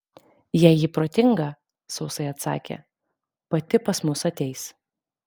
jei ji protinga sausai atsakė pati pas mus ateis